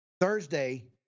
Thursday